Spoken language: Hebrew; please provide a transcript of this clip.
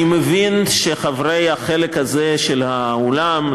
אני מבין שחברי החלק הזה של האולם,